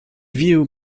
view